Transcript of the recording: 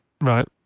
right